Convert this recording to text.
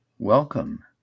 Welcome